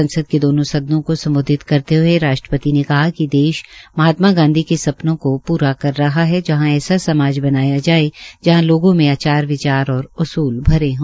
संसद के दोनों सदनों को स्म्बोधित करते हये राष्ट्रपति ने कहा कि देश महात्मा गांधी के सपनों को पूरा कर रहा है जहां ऐसा समाज बनाया जाये जहां लोगों में आचार विचार और उसूल भरे हो